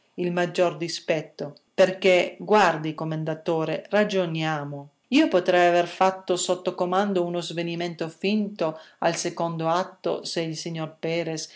il maggior dispetto perché guardi commendatore ragioniamo io potrei aver sotto comando uno svenimento finto al secondo atto se il